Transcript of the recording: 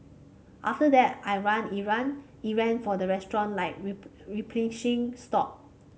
after that I run errand errand for the restaurant like replenish stock